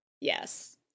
yes